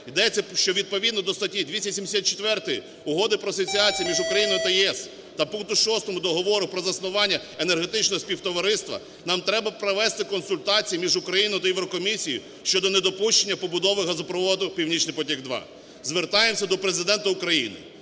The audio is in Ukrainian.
йдеться, що відповідно до статті 274 Угоди про Асоціацію між Україною та ЄС та пункту 6 Договору про заснування Енергетичного співтовариства нам треба провести консультації між Україною та Єврокомісією щодо недопущення побудови газопроводу "Північний потік-2". Звертаємося до Президента України,